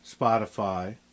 Spotify